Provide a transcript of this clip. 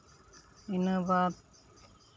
ᱤᱱᱟᱹ ᱵᱟᱫᱽ